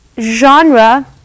genre